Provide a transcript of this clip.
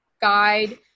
Guide